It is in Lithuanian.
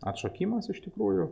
atšokimas iš tikrųjų